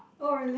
oh really